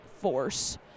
force